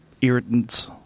irritants